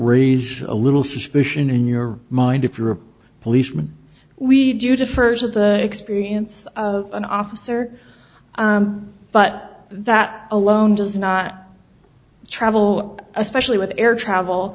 raise a little suspicion in your mind if you're a policeman we do to first of the experience of an officer but that alone does not travel especially with air travel